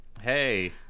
hey